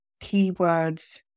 keywords